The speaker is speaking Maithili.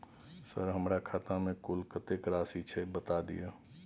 सर हमरा खाता में कुल कत्ते राशि छै बता दिय?